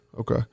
okay